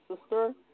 sister